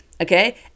okay